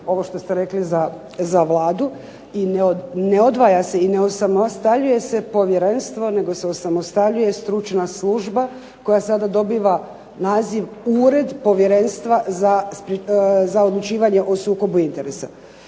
ovo što ste rekli za Vladu i ne odvaja se i ne osamostaljuje se povjerenstvo nego se osamostaljuje stručna služba koja sada dobiva naziv Ured Povjerenstva za odlučivanje o sukobu interesa.